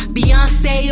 Beyonce